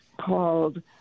called